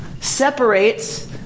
separates